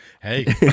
Hey